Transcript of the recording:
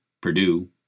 Purdue